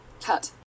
Cut